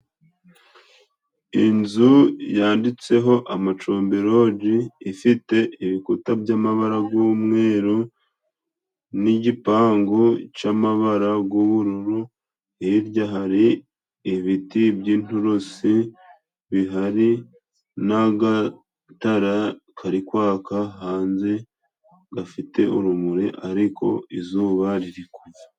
Inzu yanditseho amacumbi rogi, ifite ibikuta by'amabara g'umweru n'igipangu c'amabara g'ubururu, hirya hari ibiti by'inturusi bihari, n'agatara karikwaka hanze gafite urumuri ariko izuba ririku.